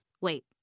Wait